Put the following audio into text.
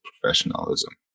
professionalism